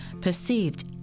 perceived